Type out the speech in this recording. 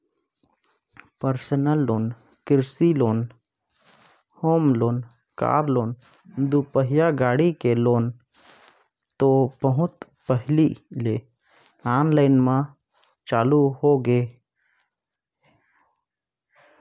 personal loan, कृषि loan, home loan, car loan, दुपहिया गाड़ी के लोन तो बहुत पहिली ले आनलाइन म चालू होगे हे